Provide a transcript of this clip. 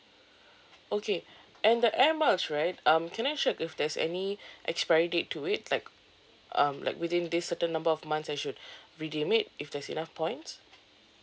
okay and the air miles right um can I check if there's any expiry date to it like um like within this certain number of months I should redeem it if there's enough points